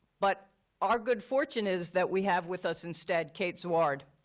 but our good fortune is that we have with us instead kate zwaard.